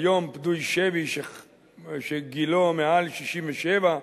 כיום פדוי שבי שגילו מעל 67